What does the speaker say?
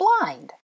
blind